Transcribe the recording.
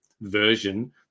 version